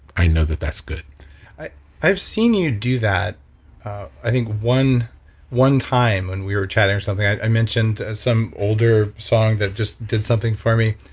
i know that that's good i've seen you do that i think one one time when we were chatting or something, i mentioned some older song that just did something for me.